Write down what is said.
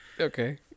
Okay